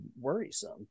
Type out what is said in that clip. worrisome